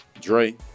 dre